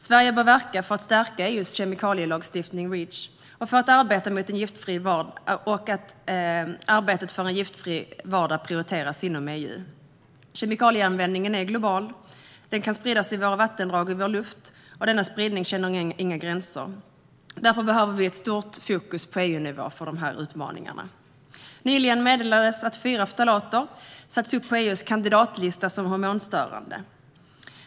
Sverige bör verka för att stärka EU:s kemikalielagstiftning och för att arbetet för en giftfri vardag prioriteras inom EU. Kemikalieanvändningen är global. Den kan spridas i våra vattendrag och i vår luft, och denna spridning känner inga gränser. Därför behöver vi ett stort fokus på EU-nivå vad gäller dessa utmaningar. Nyligen meddelades att fyra ftalater satts upp på EU:s kandidatlista som hormonstörande.